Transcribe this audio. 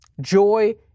joy